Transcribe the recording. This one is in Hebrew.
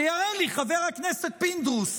שיראה לי חבר הכנסת פינדרוס